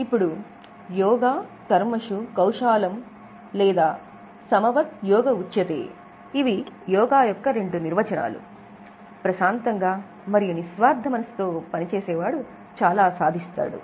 ఇప్పుడు యోగా కర్మషు కౌషాలం లేదా సమవత్ యోగ ఉచ్యతే ఇవి యోగా యొక్క రెండు నిర్వచనాలు ప్రశాంతంగా మరియు నిస్వార్ధ మనస్సుతో పనిచేసేవాడు చాలా సాధిస్తాడు